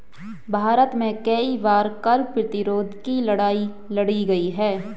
भारत में कई बार कर प्रतिरोध की लड़ाई लड़ी गई है